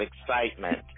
excitement